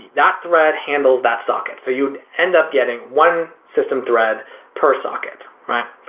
that thread handles that socket, so you would end up getting one system thread per socket, right?